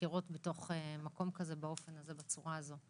בחקירות בתוך מקום כזה, באופן הזה ובצורה הזו.